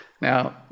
Now